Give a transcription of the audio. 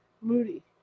Moody